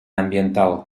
ambiental